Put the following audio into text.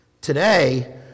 Today